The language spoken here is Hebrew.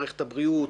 מערכת הבריאות,